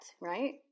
right